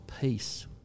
peace